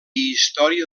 història